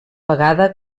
vegada